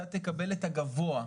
אתה תקבל את הגבוה,